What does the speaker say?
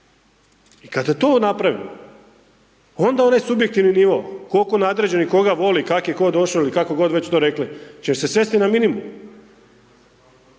I kad te to napravimo onda onaj subjektivni nivo, kolko nadređenih koga voli, kak je ko došo ili kako god već to rekli će se svesti na minimum,